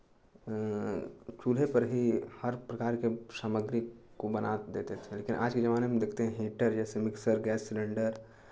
चूल्हे पर ही हर प्रकार की सामग्री को बना देते थे लेकिन आज के ज़माने में देखते हैं हीटर जैसे मिक्सर गैस सिलेंडर